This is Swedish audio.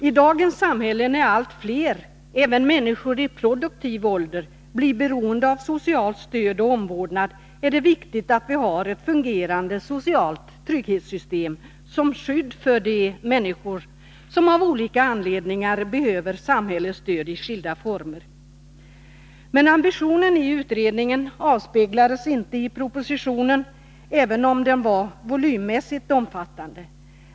I dagens samhälle, när allt fler — även människor i produktiv ålder — blir beroende av socialt stöd och omvårdnad, är det viktigt att vi har ett fungerande socialt trygghetssystem som skydd för de människor som av olika anledningar behöver samhällets stöd i skilda former. Men ambitionen i utredningen avspeglades inte i propositionen, även om den var volymmässigt omfattande.